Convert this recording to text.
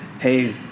hey